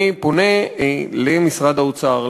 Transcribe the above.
אני פונה למשרד האוצר,